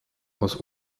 aus